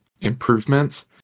improvements